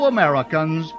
Americans